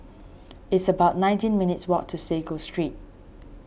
it's about nineteen minutes' walk to Sago Street